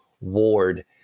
Ward